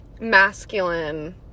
masculine